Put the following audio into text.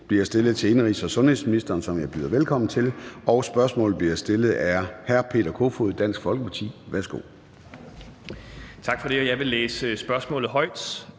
bliver stillet til indenrigs- og sundhedsministeren, som jeg byder velkommen til, og spørgsmålet bliver stillet af hr. Peter Kofod, Dansk Folkeparti. Kl. 13:21 Spm. nr. S 580 (omtrykt)